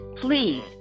please